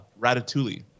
Ratatouille